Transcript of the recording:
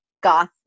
goth